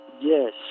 Yes